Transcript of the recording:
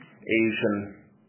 Asian